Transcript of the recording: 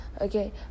okay